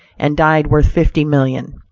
and died worth fifty million.